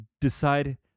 decide